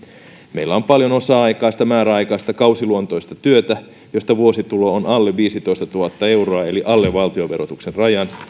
meillä on paljon osa aikaista määräaikaista kausiluontoista työtä josta vuositulo on alle viisitoistatuhatta euroa eli alle valtionverotuksen rajan